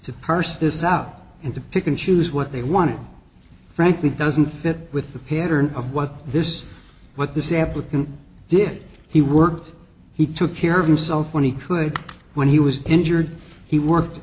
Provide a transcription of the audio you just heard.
this out and to pick and choose what they wanted frankly doesn't fit with the pattern of what this what this applicant did he worked he took care of himself when he could when he was injured he worked